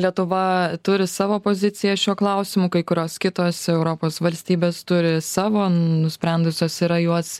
lietuva turi savo poziciją šiuo klausimu kai kurios kitos europos valstybės turi savo nusprendusios yra juos